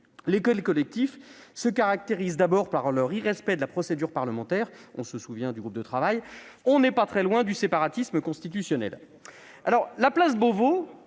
différents collectifs, se caractérisant d'abord par l'irrespect de la procédure parlementaire ; on se souvient du groupe de travail ; on n'est pas loin du « séparatisme » constitutionnel